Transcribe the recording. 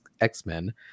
X-Men